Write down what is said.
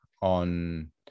on